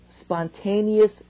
spontaneous